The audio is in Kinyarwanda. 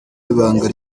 w’ibanga